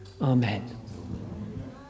Amen